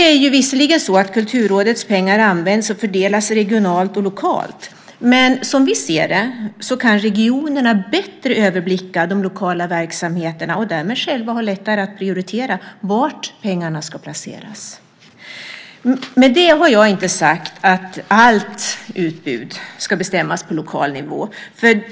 Visserligen används och fördelas Kulturrådets pengar regionalt och lokalt, men som vi ser det kan regionerna bättre överblicka de lokala verksamheterna och därmed själva ha lättare att prioritera var pengarna ska placeras. Med det har jag inte sagt att allt utbud ska bestämmas på lokal nivå.